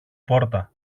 πόρτα